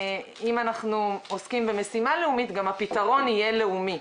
אם אנחנו עוסקים במשימה לאומית גם הפתרון יהיה לאומי,